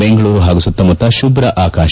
ಬೆಂಗಳೂರು ಹಾಗೂ ಸುತ್ತಮುತ್ತ ಶುದ್ಧ ಆಕಾಶ